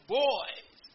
boys